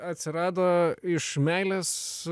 atsirado iš meilės